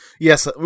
yes